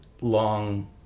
long